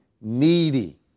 needy